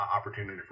opportunity